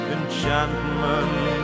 enchantment